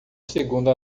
segundo